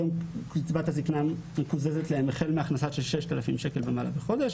היום קצבת הזקנה מקוזזת להן החל מהכנסה של 6,000 שקל ומעלה בחודש